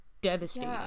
devastating